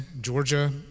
Georgia